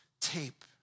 tape